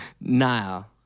Nile